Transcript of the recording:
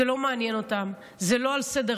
זה לא מעניין אותם, זה לא על סדר-היום.